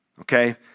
Okay